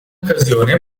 occasione